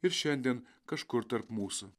ir šiandien kažkur tarp mūsų